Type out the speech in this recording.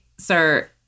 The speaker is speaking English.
Sir